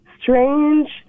strange